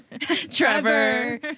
Trevor